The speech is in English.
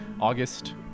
August